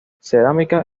cerámica